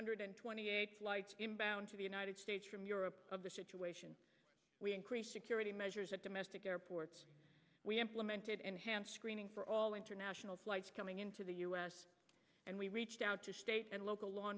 hundred twenty eight flights inbound to the united states from europe of the situation we increased security measures at domestic airports we implemented enhanced screening for all international flights coming into the u s and we reached out to state and local law